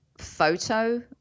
photo